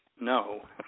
no